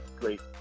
great